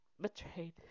betrayed